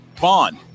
bond